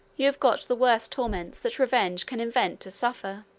you have got the worst torments that revenge can invent to suffer.